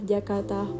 Jakarta